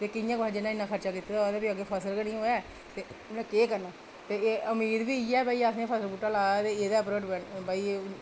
ते कि'यां जिसनै इन्ना खर्चा कीता दा होऐ ते अग्गें फसल निं होऐ ते उ'नें केह् करना ते अमीर बी इ'यै कि असें फसल बूह्टा लाए दा ते एह्दे पर गै डिपैंड कि भई